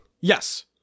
Yes